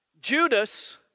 Judas